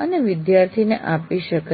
અને વિદ્યાર્થીઓને આપી શકાય છે